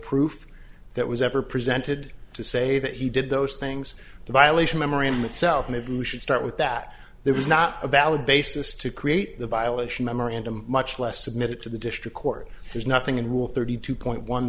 proof that was ever presented to say that he did those things the violation memory mid south maybe you should start with that there was not a valid basis to create the violation memorandum much less submit it to the district court there's nothing in rule thirty two point one